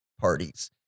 parties